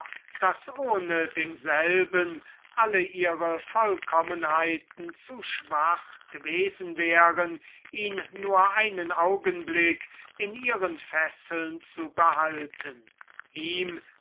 daß ohne denselben alle vollkommenheiten seiner dame zu schwach gewesen wären ihn nur einen augenblick in ihren fesseln zu behalten ihm